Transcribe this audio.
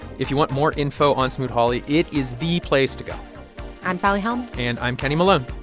if you want more info on smoot-hawley, it is the place to go i'm sally helm and i'm kenny malone.